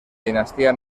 dinastía